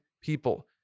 people